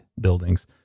buildings